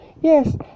Yes